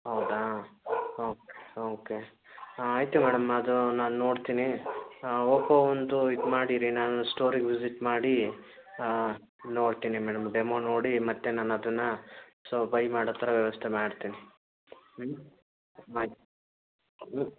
ಹೌದಾ okay okay ಆಯಿತು madam ಅದು ನಾನು ನೋಡ್ತೀನಿ ಓಪೋ ಒಂದು ಇದು ಮಾಡಿರಿ ನಾನು ಸ್ಟೋರಿಗೆ ವಿಸಿಟ್ ಮಾಡಿ ನೋಡ್ತೀನಿ ಮೇಡಮ್ ಡೆಮೋ ನೋಡಿ ಮತ್ತೆ ನಾನು ಅದನ್ನು ಸೊ ಬೈ ಮಾಡೋ ಥರ ವ್ಯವಸ್ಥೆ ಮಾಡ್ತೀನಿ ಹ್ಞೂ ಬಾಯ್ ಹ್ಞು